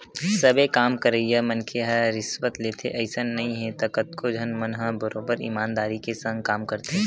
सबे काम करइया मनखे ह रिस्वत लेथे अइसन नइ हे कतको झन मन ह बरोबर ईमानदारी के संग काम करथे